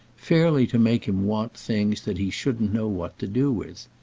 fairly to make him want things that he shouldn't know what to do with.